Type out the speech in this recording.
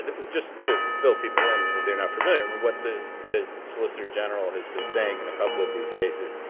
just to fill people in, if they're not familiar, but what the the solicitor general has been saying in a couple of these cases,